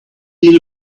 been